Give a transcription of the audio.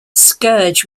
scourge